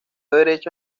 derecho